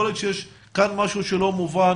יכול להיות שיש כאן משהו שלא מובן